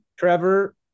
Trevor